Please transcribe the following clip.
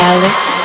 Alex